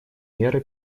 меры